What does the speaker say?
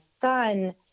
son